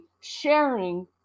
sharing